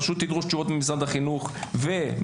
פשוט תדרוש תשובות ממשרדי החינוך והאוצר,